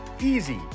easy